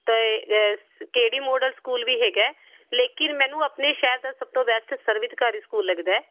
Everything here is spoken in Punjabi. ਅਤੇ ਇਸ ਕਿਹੜੀ ਮੋਡਲ ਸਕੂਲ ਵੀ ਹੈਗਾ ਲੇਕਿਨ ਮੈਨੂੰ ਆਪਣੇ ਸ਼ਹਿਰ ਦਾ ਸਭ ਤੋਂ ਬੈਸਟ ਸਰਵਿਸਕਾਰੀ ਸਕੂਲ ਲੱਗਦਾ